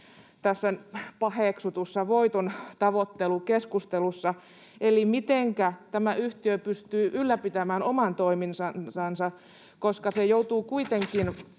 tässä paheksutussa voitontavoittelukeskustelussa, eli mitenkä tämä yhtiö pystyy ylläpitämään oman toimintansa, koska se joutuu kuitenkin